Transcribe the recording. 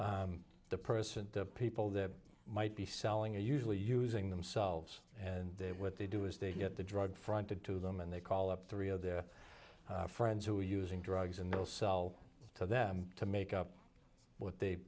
the the person the people that might be selling are usually using themselves and what they do is they get the drug fronted to them and they call up three of their friends who are using drugs and they'll sell to them to make up what they